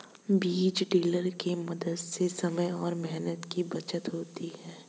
बीज ड्रिल के मदद से समय और मेहनत की बचत होती है